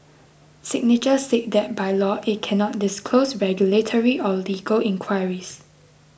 signature said that by law it cannot disclose regulatory or legal inquiries